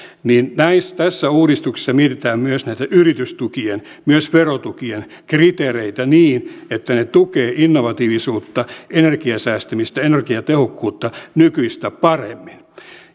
niin tässä uudistuksessa mietitään yritystukien myös verotukien kriteereitä niin että ne tukevat innovatiivisuutta energian säästämistä energiatehokkuutta nykyistä paremmin